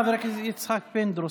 חבר הכנסת יצחק פינדרוס.